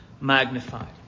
magnified